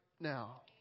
now